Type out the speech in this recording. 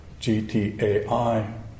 GTAI